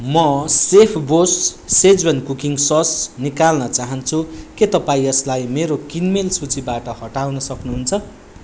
म सेफबोस schezwan cooking sauce निकाल्न चाहन्छु के तपाईँ यसलाई मेरो किनमेल सूचीबाट हटाउन सक्नुहुन्छ